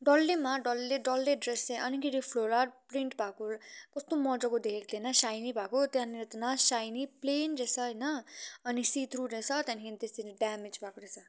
डल्लैमा डल्लै डल्लै ड्रेसै अनि कि फ्लोरर प्रिन्ट भएको कस्तो मज्जाको देखेको थिएँ होइन साइनी भएको त्यहाँनिर त न साइनी प्लेन रहेछ होइन अनि सी थ्रु रहेछ त्यहाँदेखि त्यसरी ड्यामेज भएको रहेछ